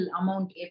amount